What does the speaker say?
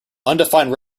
undefined